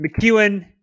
McEwen